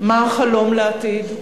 מה החלום לעתיד,